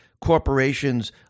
corporations